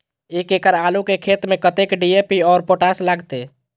एक एकड़ आलू के खेत में कतेक डी.ए.पी और पोटाश लागते?